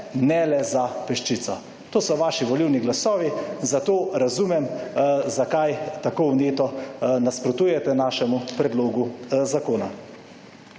ne le za peščico. To so vaši volilni glasovi, zato razumem zakaj tako vneto nasprotujete našemu predlogu zakona.